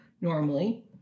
normally